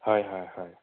হয় হয় হয়